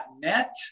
net